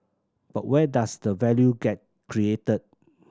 but where does the value get created